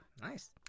nice